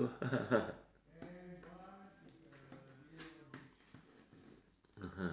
!ooh!